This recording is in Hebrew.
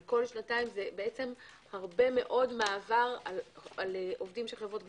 על כל שנתיים זה הרבה מאוד מעבר על עובדים של חברות גבייה.